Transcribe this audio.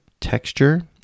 texture